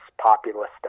populist